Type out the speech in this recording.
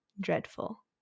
dreadful